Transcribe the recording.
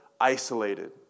isolated